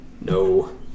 No